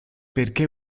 perché